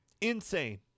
Insane